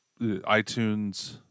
itunes